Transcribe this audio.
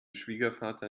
schwiegervater